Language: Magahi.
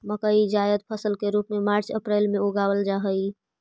मकई जायद फसल के रूप में मार्च अप्रैल में उगावाल जा हई